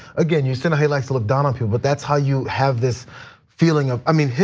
again, you said, he likes to look down on people. but that's how you have this feeling of, i mean,